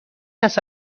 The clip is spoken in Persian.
است